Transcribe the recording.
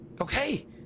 okay